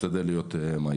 אשתדל להיות מהיר.